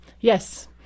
yes